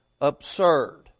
absurd